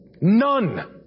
None